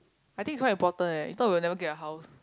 I think it's quite important leh if not we will never get a house